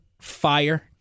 fire